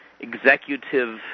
executive